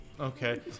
Okay